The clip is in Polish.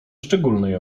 szczególnej